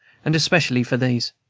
and especially for these.